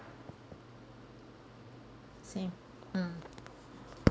same mm